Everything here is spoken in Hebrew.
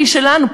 שהיא שלנו,